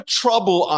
trouble